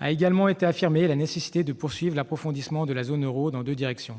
A également été affirmée la nécessité de poursuivre l'approfondissement de la zone euro dans deux directions